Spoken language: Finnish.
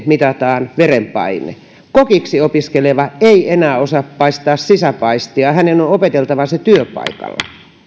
mitataan verenpaine kokiksi opiskeleva ei enää osaa paistaa sisäpaistia hänen on opeteltava se työpaikalla